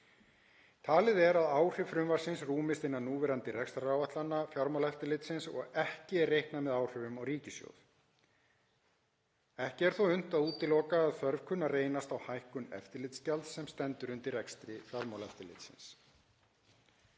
Talið er að áhrif frumvarpsins rúmist innan núverandi rekstraráætlana Fjármálaeftirlitsins og ekki er reiknað með áhrifum á ríkissjóð. Ekki er þó unnt að útiloka að þörf kunni að reynast á hækkun eftirlitsgjaldsins sem stendur undir rekstri Fjármálaeftirlitsins.